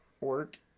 work